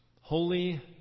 holy